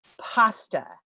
pasta